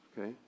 okay